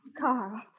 Carl